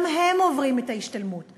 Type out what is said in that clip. גם הם עוברים את ההשתלמות,